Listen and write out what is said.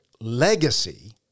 Legacy